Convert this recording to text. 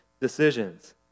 decisions